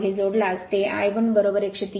हे जोडल्यास ते I 1103